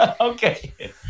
Okay